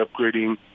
upgrading